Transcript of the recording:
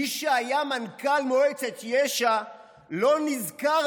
מי שהיה מנכ"ל מועצת יש"ע לא נזכר